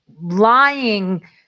lying